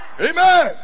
Amen